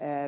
öö